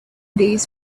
these